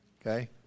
Okay